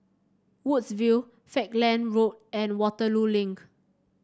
Woodsville Falkland Road and Waterloo Link